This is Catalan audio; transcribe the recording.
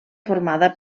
formada